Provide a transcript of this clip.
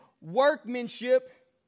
workmanship